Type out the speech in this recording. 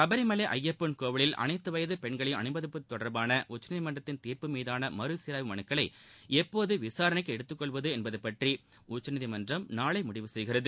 சபரி மலை ஐயப்பன் கோவிலில் அனைத்த வயது பெண்களையும் அனுமதிப்பது தொடர்பான உச்சநீதிமன்றத்தின் தீர்ப்பு மீதான மறுசீராய்வு மனுக்களை எப்போது விசாரணைக்கு எடுத்து கொள்வது என்பது பற்றி உச்சநீதிமன்றம் நாளை முடிவு செய்கிறது